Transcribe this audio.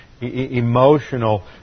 emotional